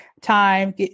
time